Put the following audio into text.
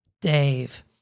Dave